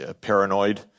paranoid